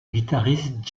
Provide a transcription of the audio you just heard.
guitariste